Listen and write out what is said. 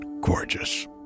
gorgeous